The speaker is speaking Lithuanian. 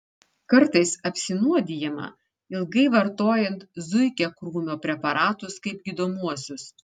kartais apsinuodijama ilgai vartojant zuikiakrūmio preparatus kaip gydomuosius